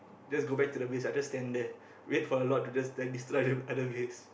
just go back to the base I just stand there wait for the lord to just just destroy other base